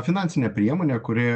finansinė priemonė kuri